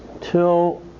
Till